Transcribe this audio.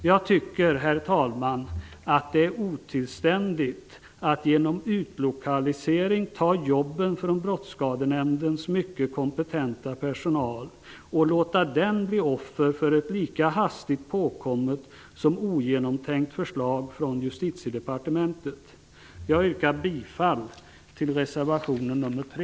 Jag tycker, herr talman, att det är otillständigt att genom utlokalisering ta jobben från Brottsskadenämndens mycket kompetenta personal att låta den bli offer för ett lika hastigt påkommit som ogenomtänkt förslag från Herr talman! Jag yrkar bifall till reservation nr 3.